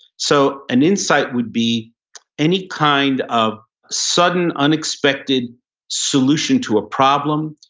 so an insight would be any kind of sudden unexpected solution to a problem.